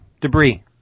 debris